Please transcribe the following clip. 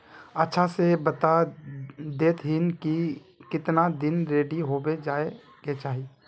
अच्छा से बता देतहिन की कीतना दिन रेडी होबे जाय के चही?